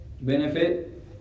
Benefit